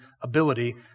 ability